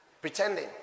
pretending